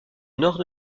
nord